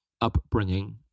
upbringing